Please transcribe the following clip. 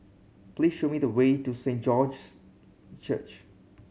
please show me the way to Saint George's Church